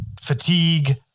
fatigue